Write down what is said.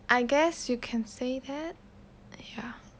I guess you can say that !aiya!